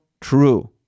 true